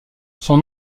son